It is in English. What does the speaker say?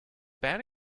bad